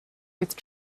with